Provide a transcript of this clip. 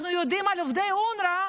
אנחנו יודעים על עובדי אונר"א,